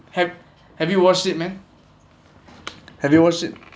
have have you watched it man have you watched it